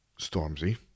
Stormzy